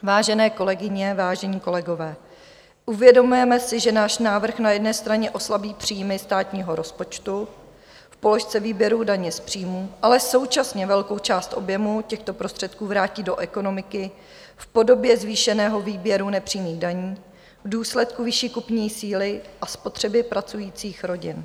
Vážené kolegyně, vážení kolegové, uvědomujeme si, že náš návrh na jedné straně oslabí příjmy státního rozpočtu v položce výběru daně z příjmů, ale současně velkou část objemu těchto prostředků vrátí do ekonomiky v podobě zvýšeného výběru nepřímých daní v důsledku vyšší kupní síly a spotřeby pracujících rodin.